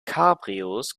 cabrios